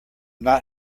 not